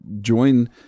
Join